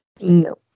No